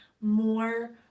more